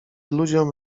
ludziom